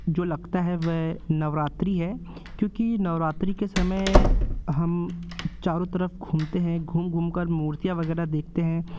जो लगता है वह नवरात्रि है क्योंकि नवरात्रि के समय हम चारों तरफ घूमते हैं घूम घूम कर मूर्तियाँ वगैरह देखते हैं